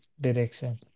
direction